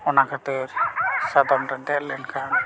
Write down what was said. ᱚᱱᱟ ᱠᱷᱟᱹᱛᱤᱨ ᱥᱟᱫᱚᱢ ᱨᱮ ᱫᱮᱡ ᱞᱮᱱᱠᱷᱟᱱ